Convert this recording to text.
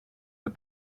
but